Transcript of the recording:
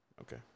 Okay